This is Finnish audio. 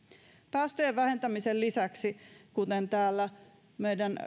päästöjen vähentämisen lisäksi kuten täällä meidän